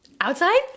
Outside